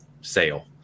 sale